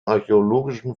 archäologischen